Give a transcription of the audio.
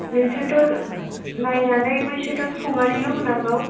नोंसोरथ' नायनानै बैसोरथ' संनानैल' होनांगौ